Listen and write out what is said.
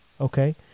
okay